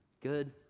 Good